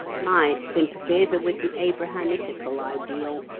my sympathies are with the abrahamitical ideal,